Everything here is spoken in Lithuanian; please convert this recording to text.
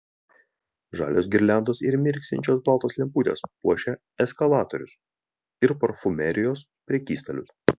žalios girliandos ir mirksinčios baltos lemputės puošia eskalatorius ir parfumerijos prekystalius